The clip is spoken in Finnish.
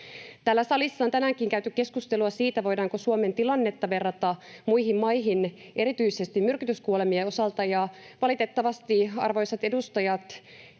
Täällä salissa on tänäänkin käyty keskustelua siitä, voidaanko Suomen tilannetta verrata muihin maihin erityisesti myrkytyskuolemien osalta, ja valitettavasti, arvoisat edustajat,